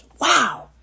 Wow